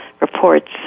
reports